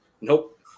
Nope